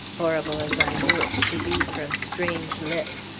horrible as i knew it to be from strange lips,